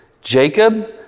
Jacob